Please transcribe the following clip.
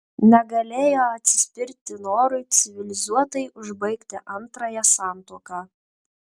negalėjo atsispirti norui civilizuotai užbaigti antrąją santuoką